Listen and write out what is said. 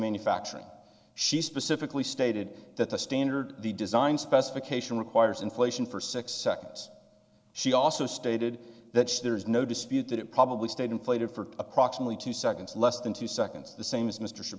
manufacturing she specifically stated that the standard the design specification requires inflation for six seconds she also stated that there is no dispute that it probably stayed inflated for approximately two seconds less than two seconds the same